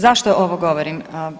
Zašto ovo govorim?